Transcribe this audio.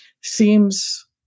seems